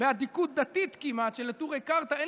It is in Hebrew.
באדיקות דתית כמעט של נטורי קרתא,